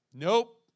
Nope